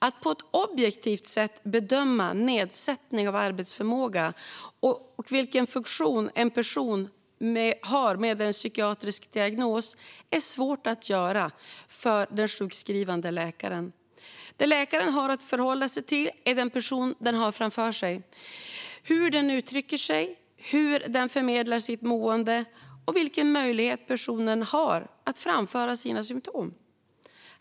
Att på ett objektivt sätt bedöma nedsättning av arbetsförmåga och vilken funktion en person med en psykiatrisk diagnos har är svårt att göra för den sjukskrivande läkaren. Det som läkaren har att förhålla sig till är den person läkaren har framför sig, hur den uttrycker sig, hur den förmedlar sitt mående och vilken möjlighet denna person har att framföra sina symtom.